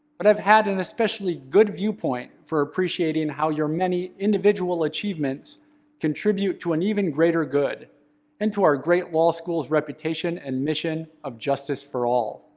but i've had an especially good viewpoint for appreciating how your many individual achievements contribute to an even greater good and to our great law school's reputation and mission of justice for all.